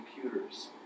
computers